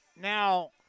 Now